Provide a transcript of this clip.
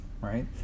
right